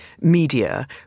media